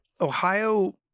Ohio